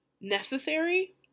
necessary